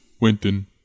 Winton